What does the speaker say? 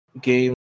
game